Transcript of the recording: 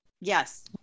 Yes